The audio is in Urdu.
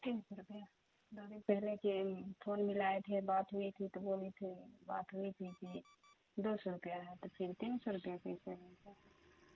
تین سو روپیہ پہلے کے فون ملائے تھے بات ہوئی تھی تو وہ بھی تھی بات ہوئی تھی کہ دو سو روپیہ ہے تو پھر تین سو روپیہ کیسے